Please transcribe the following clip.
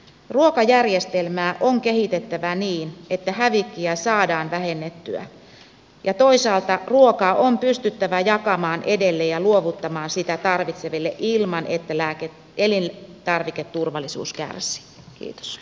ruokajärjestelmää on kehitettävä niin että hävikkiä saadaan vähennettyä ja toisaalta ruokaa on pystyttävä jakamaan edelleen ja luovuttamaan sitä tarvitseville ilman että elintarviketurvallisuus kärsii